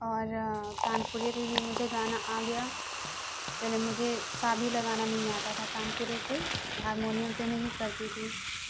اور تان پورے پہ بھی مجھے گانا آ گیا پہلے مجھے سا بھی لگانا نہیں آتا تھا تان پورے پے ہارمیونیم پہ ہی میں کرتی تھی